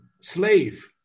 slave